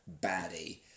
baddie